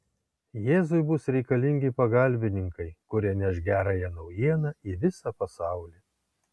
jėzui bus reikalingi pagalbininkai kurie neš gerąją naujieną į visą pasaulį